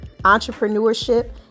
entrepreneurship